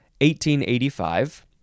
1885